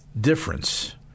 difference